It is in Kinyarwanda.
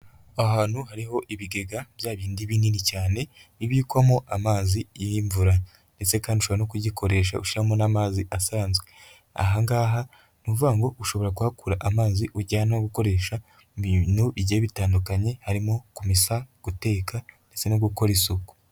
Aha hantu hariho ibigega bya bindi binini cyane bibikwamo amazi y'imvura ndetse kandi ushobora no kugikoresha ushyiramo n'amazi asanzwe aha ngaha ni ukuvuga ngo ushobora kuhakura amazi ujyana no gukoresha mu bintu bigiye bitandukanye harimo kumesa guteka ndetse no gukora isuku.